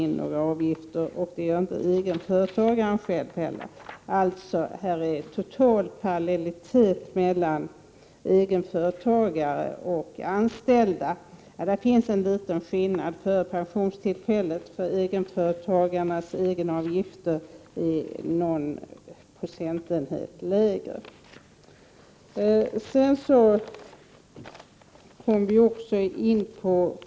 Det är alltså total parallellitet mellan egenföretagare och anställda. En liten skillnad är att egenföretagarnas avgifter är någon procentenhet lägre före pensionstillfället.